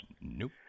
Nope